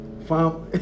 Farm